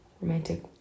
romantic